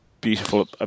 beautiful